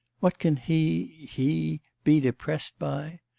what can he. he. be depressed by?